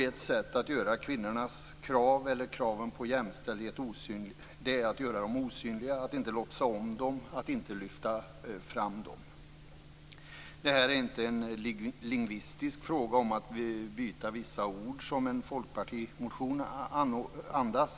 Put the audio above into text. Ett sätt att göra kraven på jämställdhet osynliga är att inte låtsas om dem, att inte lyfta fram dem. Detta är inte en lingvistisk fråga. Det är inte fråga om att byta vissa ord, som en folkpartimotion andas.